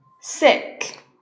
sick